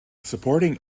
supporting